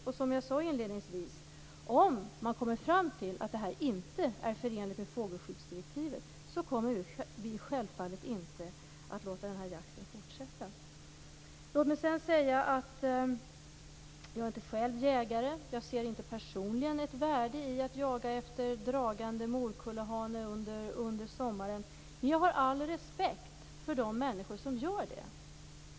Och som jag sade inledningsvis: Om man kommer fram till att det här inte är förenligt med fågelskyddsdirektivet så kommer vi självfallet inte att låta den här jakten fortsätta. Låt mig sedan säga att jag inte själv är jägare. Jag ser inte personligen ett värde i att jaga efter dragande morkullehanne under sommaren. Men jag har all respekt för de människor som gör det.